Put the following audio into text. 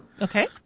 Okay